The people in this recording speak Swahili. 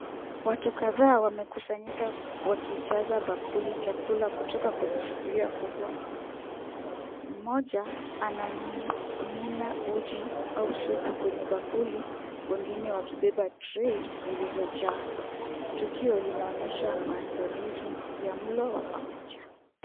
Watu kadhaa wamekusanyika wakijaza bakuli chakula kutoka kwenye sufuria kubwa. Mmoja anamimina uji au supu kwenye bakuli wengine wakibeba tray zilizojaa. Tukio linaonyesha maandalizi ya mulo wa pamoja.